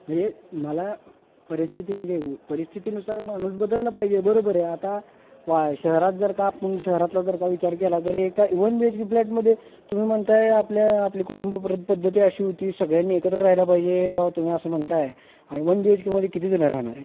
म्हणजे मला परिस्थिती म्हणजे परिस्थितीनुसार माणूस बदलला पाहिजे बरोबर आहे आता वा शहरात जर का आपण शहरातला जर का विचार केला तरी एका वन बी एच के फ्लॅटमध्ये तुम्ही म्हणताय आपल्या आपली कुटुंब प्र पद्धती अशी होती सगळ्यांनी एकत्र राहिलं पाहिजे राव तुम्ही असं म्हणताय आणि वन बी एच के मध्ये किती जण राहणारे